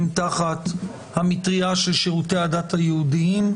בוודאי תחת המטריה של שירותי הדת היהודיים.